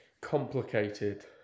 complicated